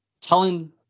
telling